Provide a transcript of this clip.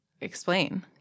Explain